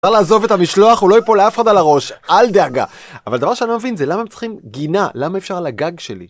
אפשר לעזוב את המשלוח, הוא לא יפול לאף אחד על הראש, אל דאגה. אבל דבר שאני לא מבין זה, למה הם צריכים גינה, למה אי אפשר על הגג שלי?